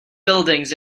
buildings